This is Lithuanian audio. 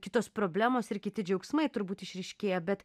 kitos problemos ir kiti džiaugsmai turbūt išryškėja bet